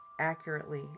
accurately